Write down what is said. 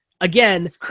Again